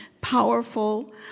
powerful